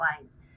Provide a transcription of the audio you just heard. lines